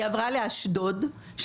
היא עברה לאשדוד אחרי חודש,